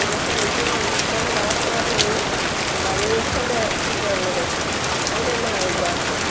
ആ പൈസ ഇപ്പോൾ ലാസ്റ്റ് പറഞ്ഞ ഈ ഫ്ലവേഴ്സിൻ്റെ ഇത് ഉള്ളത് അതിന് എന്നാ ആവും ചാർജ്